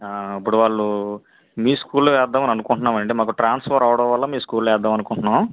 అప్పుడు వాళ్ళు మీ స్కూల్ లో వేద్దాం అని అనుకుంటున్నాం అండి మాకు ట్రాన్స్ఫర్ అవ్వడం వల్ల మీ స్కూల్ లో వేద్దాం అనుకుంటున్నాం